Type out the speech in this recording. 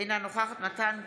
אינה נוכחת מתן כהנא,